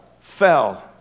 fell